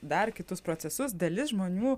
dar kitus procesus dalis žmonių